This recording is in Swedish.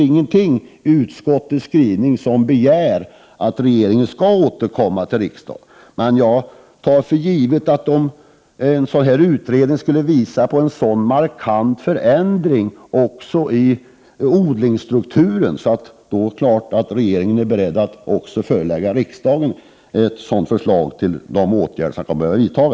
Ingenting i utskottets skrivning innebär en begäran om att regeringen skall återkomma till riksdagen i denna fråga. Jag tar för givet, att om en sådan utredning skulle visa markanta förändringar i odlingsstrukturen, är regeringen beredd att förelägga riksdagen förslag till de åtgärder som kan behöva vidtas.